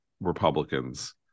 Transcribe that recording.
republicans